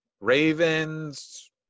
ravens